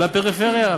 לפריפריה.